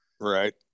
right